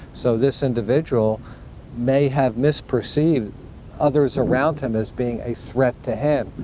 so this individual may have misperceived others around him as being a threat to him.